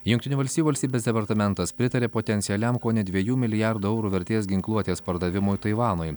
jungtinių valstijų valstybės departamentas pritarė potencialiam kone dviejų milijardų eurų vertės ginkluotės pardavimui taivanui